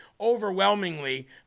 overwhelmingly